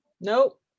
nope